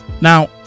Now